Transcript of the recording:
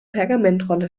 pergamentrolle